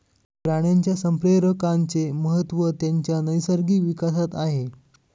प्राण्यांच्या संप्रेरकांचे महत्त्व त्यांच्या नैसर्गिक विकासात आहे